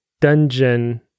dungeon